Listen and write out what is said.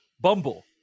Bumble